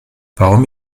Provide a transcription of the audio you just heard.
warum